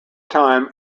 time